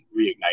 reignite